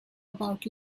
about